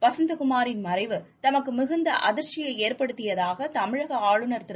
அவரது மறைவு தமக்கு மிகுந்த அதிர்ச்சியை ஏற்படுத்தியதாக தமிழக ஆளுநர் திரு